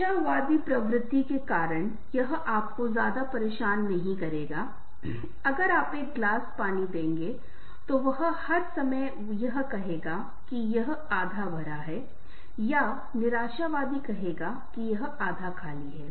आशावादीप्रवृत्ति के कारण यह आपको ज्यादा परेशान नहीं करेगा अगर आप एक गिलास पानी देंगे तो वह हर समय यह कहेगा कि यह आधा भरा है या निराशावादी कहेगा कि यह आधा खाली है